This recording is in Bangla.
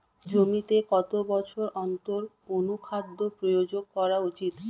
জমিতে কত বছর অন্তর অনুখাদ্য প্রয়োগ করা উচিৎ?